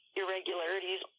irregularities